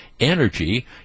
energy